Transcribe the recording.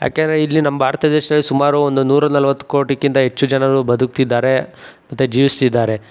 ಯಾಕೆಂದರೆ ಇಲ್ಲಿ ನಮ್ಮ ಭಾರತ ದೇಶದಲ್ಲಿ ಸುಮಾರು ಒಂದು ನೂರ ನಲವತ್ತು ಕೋಟಿಗಿಂತ ಹೆಚ್ಚು ಜನರು ಬದುಕ್ತಿದ್ದಾರೆ ಮತ್ತು ಜೀವಿಸ್ತಿದ್ದಾರೆ